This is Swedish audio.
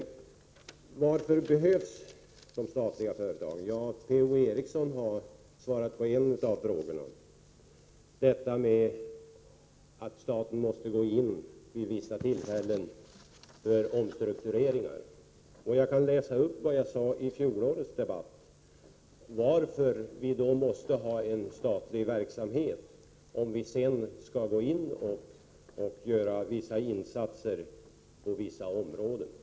Varför behövs de statliga företagen? Per-Ola Eriksson har givit ett svar: Staten måste gå in vid vissa tillfällen för omstruktureringar. Jag kan läsa upp vad jag sade i förra årets debatt om varför vi måste ha en statlig verksamhet, även om vi sedan går in och gör insatser på vissa områden. Jag noterade då i ett antal punkter vad målsättningen för de statliga företagen Prot.